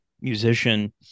musician